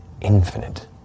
infinite